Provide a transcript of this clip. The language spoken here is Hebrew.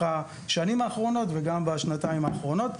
השנים האחרונות וגם בשנתיים האחרונות.